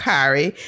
Kari